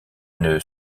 une